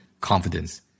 confidence